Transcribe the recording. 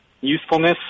usefulness